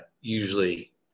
usually